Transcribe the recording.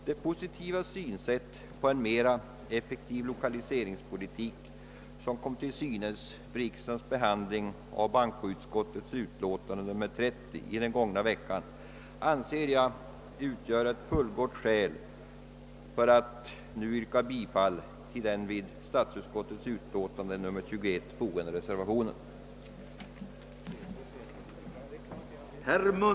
Det positiva synsätt på en mer effektiv lokaliseringspolitik som kom till uttryck vid riksdagens behandling av bankoutskottets utlåtande nr 30 i den gångna veckan utgör enligt min uppfattning ett fullgott skäl för att nu yrka bifall till den vid statsutskottets utlåtande nr 121 fogade reservationen.